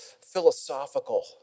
philosophical